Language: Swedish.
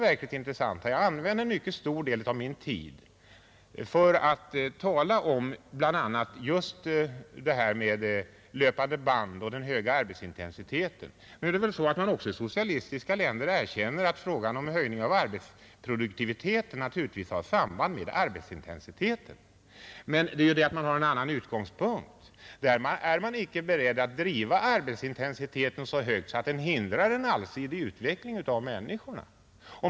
Jag använde en mycket stor del av min tid för att tala om bl.a. just detta med löpande band och den höga arbetsintensiteten. Nu är det väl så att man också i socialistiska länder erkänner att frågan om höjning av arbetsproduktiviteten naturligtvis har samband med arbetsintensiteten. Men man har ju en annan utgångspunkt. Där är man icke beredd att driva arbetsintensiteten så högt att den hindrar en allsidig utveckling av människorna.